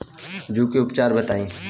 जूं के उपचार बताई?